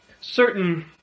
certain